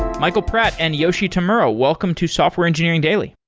michael pratt and yoshi tamura, welcome to software engineering daily.